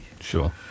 Sure